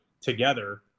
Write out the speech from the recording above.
together